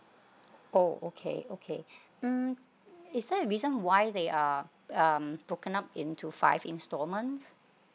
oh okay okay mm is there a reason why they are um broken up into five instalments